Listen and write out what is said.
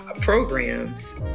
programs